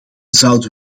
zouden